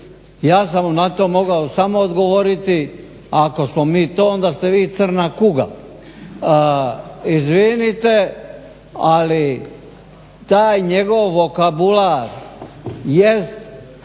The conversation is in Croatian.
Ja sam mu na to mogao samo odgovoriti ako smo mi to onda ste vi crna kuga. Izvinite, ali taj njegov vokabular jest